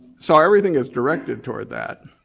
so everything is directed toward that.